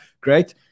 Great